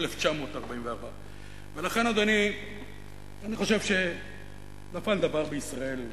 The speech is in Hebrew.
1944. ולכן, אדוני, אני חושב שנפל דבר בישראל.